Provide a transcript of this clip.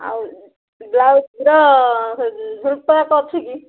ଆଉ ବ୍ଲାଉଜର ହୁକଟା ଅଛି କି